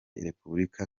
repubulika